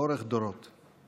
לאורך דורות.